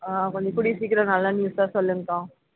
ஆ கொஞ்சம் கூடிய சீக்கிரம் நல்ல நியூஸாக சொல்லுங்கள்க்கா